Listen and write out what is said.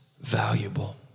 valuable